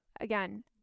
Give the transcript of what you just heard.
again